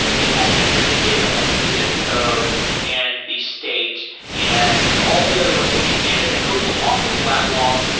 it has enriched data, like the zip code and the state and all the other location data that goes along with lat long,